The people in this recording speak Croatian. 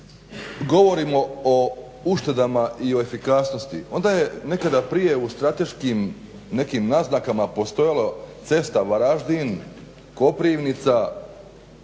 govorimo o uštedama i o efikasnosti onda je nekada prije u strateškim nekim naznakama postojala cesta